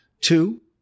Two